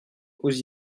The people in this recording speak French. aux